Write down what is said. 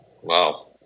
Wow